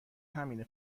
همینه